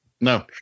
No